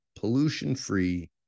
pollution-free